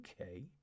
okay